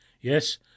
Yes